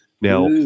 Now